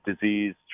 disease